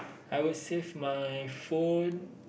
I would save my phone